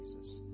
Jesus